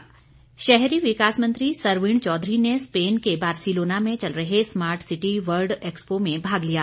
सरवीण चौघरी शहरी विकास मंत्री सरवीण चौधरी ने स्पेन के बार्सिलोना में चल रहे स्मार्ट सिटी वर्ल्ड एक्सपो में भाग लिया